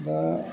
दा